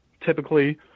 Typically